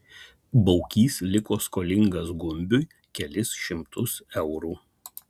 baukys liko skolingas gumbiui kelis šimtus eurų